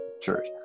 church